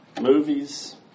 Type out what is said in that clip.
Movies